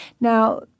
Now